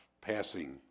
passing